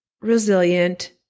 resilient